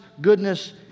goodness